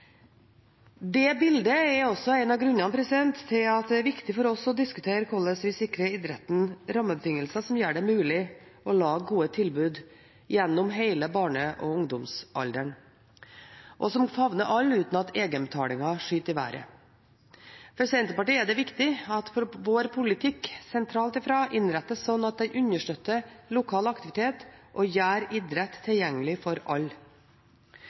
Det bildet er også en av grunnene til at det er viktig for oss å diskutere hvordan vi sikrer idretten rammebetingelser som gjør det mulig å lage gode tilbud gjennom hele barne- og ungdomsalderen, og som favner alle uten at egenbetalingen skyter i været. For Senterpartiet er det viktig at vår politikk sentralt fra innrettes slik at det understøtter lokal aktivitet og gjør idrett tilgjengelig for alle.